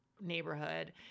neighborhood